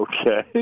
Okay